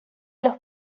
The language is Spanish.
los